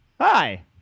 Hi